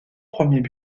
premiers